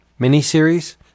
miniseries